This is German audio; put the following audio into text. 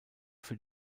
für